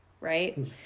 right